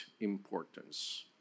importance